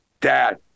Dad